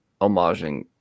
homaging